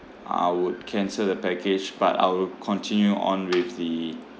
I would cancel the package but I will continue on with the